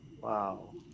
wow